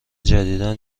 جدیدا